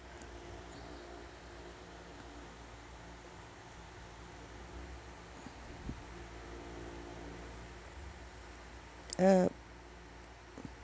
uh